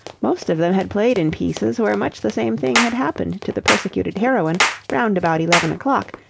most of them had played in pieces where much the same thing had happened to the persecuted heroine round about eleven o'clock,